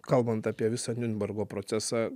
kalbant apie visą niurnbergo procesą